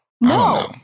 No